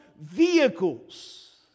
vehicles